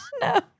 No